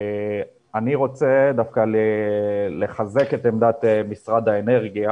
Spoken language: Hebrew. אני רוצה דווקא לחזק את עמדת משרד האנרגיה